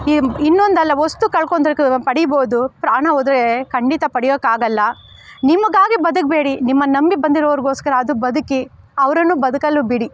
ಇನ್ನೊಂದಲ್ಲ ವಸ್ತು ಕಳ್ಕೊಂಡ್ರೆ ಪಡೀಬಹುದು ಪ್ರಾಣ ಹೋದ್ರೆ ಖಂಡಿತ ಪಡೆಯೋಕ್ಕಾಗಲ್ಲ ನಿಮಗಾಗಿ ಬದುಕಬೇಡಿ ನಿಮ್ಮನ್ನು ನಂಬಿ ಬಂದಿರೋರಿಗೋಸ್ಕರ ಆದರೂ ಬದುಕಿ ಅವರನ್ನೂ ಬದುಕಲು ಬಿಡಿ